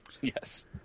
yes